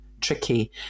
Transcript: tricky